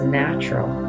natural